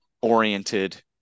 oriented